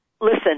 listen